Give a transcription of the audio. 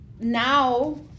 now